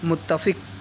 متفق